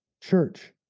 church